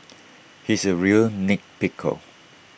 he is A real nit pickle